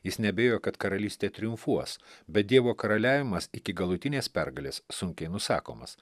jis neabejojo kad karalystė triumfuos bet dievo karaliavimas iki galutinės pergalės sunkiai nusakomas